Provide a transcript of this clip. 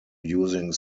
using